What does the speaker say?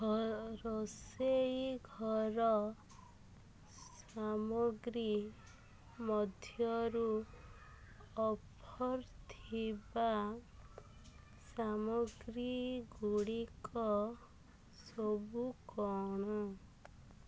ହଁ ରୋଷେଇ ଘର ସାମଗ୍ରୀ ମଧ୍ୟରୁ ଅଫର୍ ଥିବା ସାମଗ୍ରୀଗୁଡ଼ିକ ସବୁ କ'ଣ